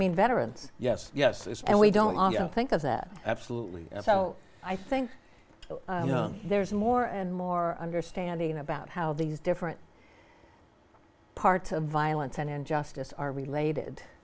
mean veterans yes yes and we don't think of that absolutely so i think there's more and more understanding about how these different parts of violence and injustice are related